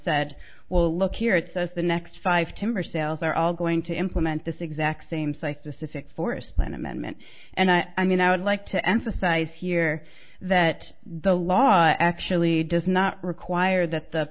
said well look here it says the next five ten or sales are all going to implement this exact same site the six forest plan amendment and i mean i would like to emphasize here that the law actually does not require that the